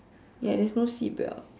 ya there's no seat belt